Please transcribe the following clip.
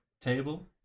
table